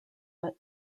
but